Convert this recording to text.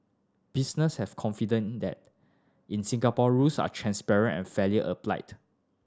business have confidence in that in Singapore rules are transparent and fairly applied